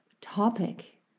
topic